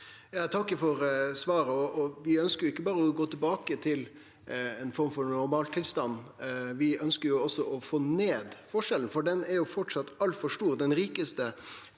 takkar for svaret. Vi ønskjer ikkje berre å gå tilbake til ei form for normaltilstand. Vi ønskjer også å få ned forskjellane, for dei er framleis altfor store. Dei rikaste